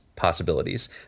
Possibilities